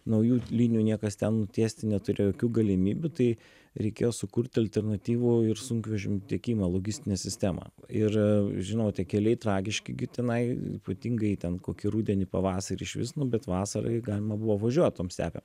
naujų linijų niekas ten nutiesti neturėjo jokių galimybių tai reikėjo sukurti alternatyvų ir sunkvežimių tiekimo logistinę sistemą ir žinote keliai tragiški gi tenai ypatingai ten kokį rudenį pavasarį išvis nu bet vasarą gi galima buvo važiuot tom stepėm